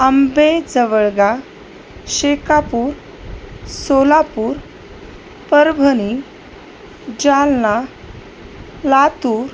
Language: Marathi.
आंबेजवळगा शेकापूर सोलापूर परभणी जालना लातूर